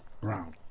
brown